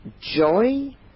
joy